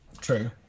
True